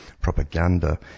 propaganda